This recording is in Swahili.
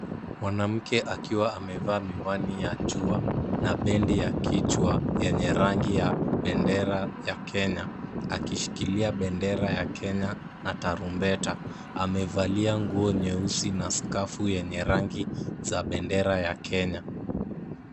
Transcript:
Mwanamke akiwa amevaa miwani ya jua na bendi ya kichwa yenye rangi ya bendera ya Kenya akishikilia bendera ya Kenya na tarumbeta. Amevalia nguo nyeusi na scarf yenye rangi za bendera ya Kenya.